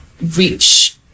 reach